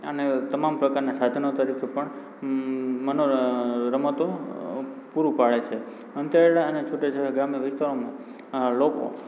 અને તમામ પ્રકારનાં સાધનો તરીકે પણ મનો ર રમતો પૂરું પડે છે અંતરિયાળ અને છૂટાં છવાયા ગ્રામ્ય વિસ્તારોમાં અં લોકો